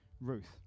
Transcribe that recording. Ruth